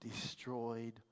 destroyed